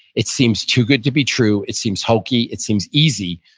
it seems too good to be true. it seems hokey. it seems easy.